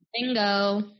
Bingo